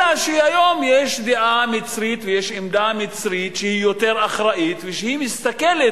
אלא שהיום יש דעה מצרית ויש עמדה מצרית שהיא יותר אחראית שמסתכלת